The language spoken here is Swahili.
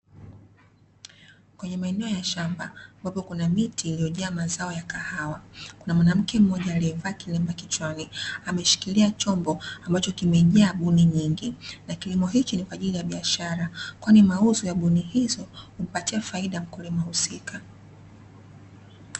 Kwenye maeneo ya shamba, ambapo kuna miti iliyojaa mazao ya kahawa, kuna mwanamke mmoja aliyevaa kilemba kichwani ameshikiria chombo ambacho kimejaa buni nyingi. Na kilimo hichi kwa ajili ya biashara kwani mauzo ya buni hizo umpatia faida mkulima husika.